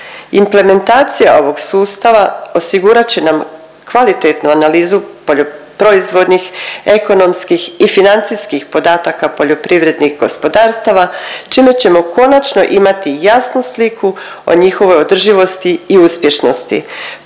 Implementacija ovog sustava osigurat će nam kvalitetnu analizu proizvodnih, ekonomskih i financijskih podataka poljoprivrednih gospodarstava čime ćemo konačno imati jasnu sliku o njihovoj održivosti i uspješnosti.